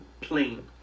plain